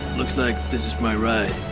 looks like this is my ride.